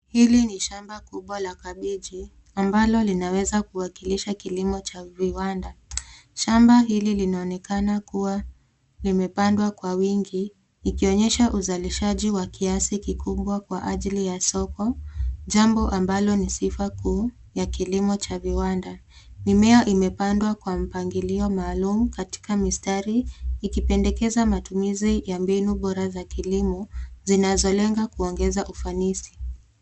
Hili ni shamba kubwa la kabeji ambalo linaweza kuwakilisha kilimo cha viwanda. Shamba hili linaonekana kuwa limepandwa kwa wingi ikionyesha uzalishaji wa kiasi kikubwa kwa ajili ya soko, jambo ambalo ni sifa kuu ya kilimo cha viwanda. Mimea imepandwa kwa mpangilio maalum katika mistari ikipendekeza matumizi ya mbinu bora za kilimo zinazolenga kuongeza ufanisi.